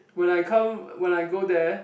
when I come when I go there